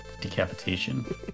Decapitation